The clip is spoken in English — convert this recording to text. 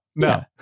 No